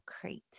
Crate